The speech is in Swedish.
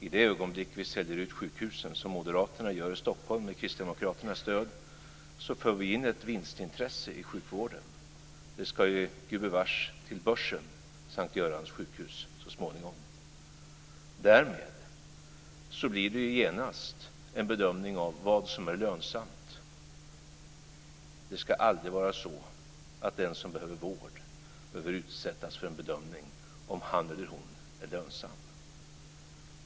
I det ögonblick som vi säljer ut sjukhusen, som moderaterna gör i Stockholm med kristdemokraternas stöd, så för vi in ett vinstintresse i sjukvården. S:t Görans Sjukhus ska ju Gud bevars till börsen så småningom. Därmed blir det ju genast en bedömning av vad som är lönsamt. Det ska aldrig vara så att den som behöver vård behöver utsättas för en bedömning om han eller hon är lönsam.